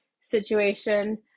situation